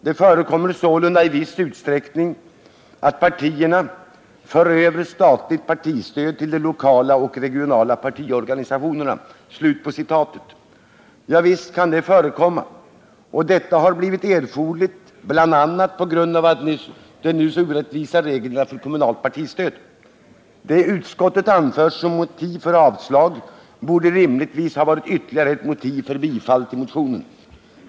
Det förekommer sålunda i viss utsträckning att partierna för över statligt partistöd till de lokala och regionala partiorganisationerna.” Ja, visst kan det förekomma, och detta har blivit erforderligt bl.a. på grund av de nu så orättvisa reglerna för kommunalt partistöd. Det utskottet anför som motiv för avslag borde rimligtvis ha varit ytterligare ett motiv för bifall till motionen.